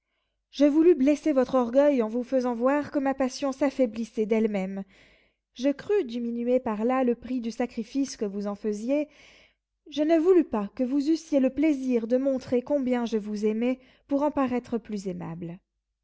je voulus blesser votre orgueil en vous faisant voir que ma passion s'affaiblissait d'elle-même je crus diminuer par là le prix du sacrifice que vous en faisiez je ne voulus pas que vous eussiez le plaisir de montrer combien je vous aimais pour en paraître plus aimable